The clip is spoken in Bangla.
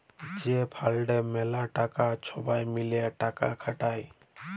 যে ফাল্ডে ম্যালা টাকা ছবাই মিলে টাকা খাটায়